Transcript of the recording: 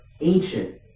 ancient